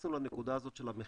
התייחסנו לנקודה הזאת של המחיר.